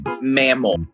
mammal